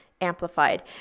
amplified